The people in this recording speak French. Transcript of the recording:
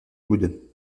coudes